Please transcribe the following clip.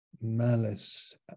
malice